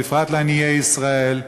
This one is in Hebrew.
בפרט לעניי ישראל,